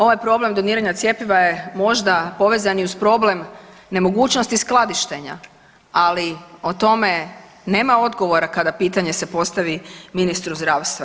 Ovaj problem doniranja cjepiva je možda povezan i uz problem nemogućnosti skladištenja, ali o tome nema odgovora kada pitanje se postavi ministru zdravstva.